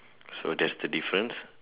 so that's the difference